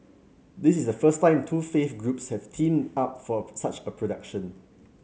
this is the first time two faith groups have teamed up for such a production